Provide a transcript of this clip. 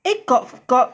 eh got got